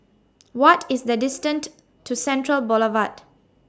What IS The distant to Central Boulevard